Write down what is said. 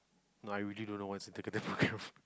no I really don't know what's the